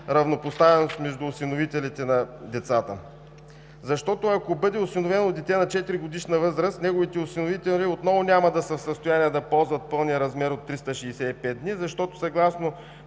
равнопоставеност между осиновителите на деца, защото ако бъде осиновено дете на 4-годишна възраст, неговите осиновители отново няма да са в състояние да ползват пълния размер от 365 дни, защото съгласно